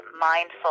mindful